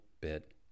bit